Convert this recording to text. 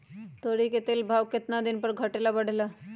तोरी के तेल के भाव केतना दिन पर घटे ला बढ़े ला?